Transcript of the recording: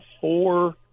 four